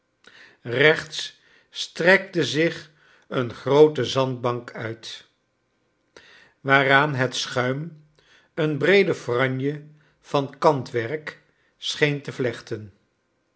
rechts strekte zich een groote zandbank uit waaraan het schuim een breede franje van kantwerk scheen te vlechten